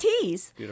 teas